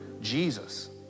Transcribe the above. Jesus